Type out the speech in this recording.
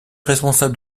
responsable